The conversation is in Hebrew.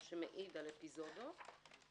מה שמעיד על אפיזודות,